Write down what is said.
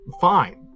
fine